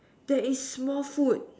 there is small foot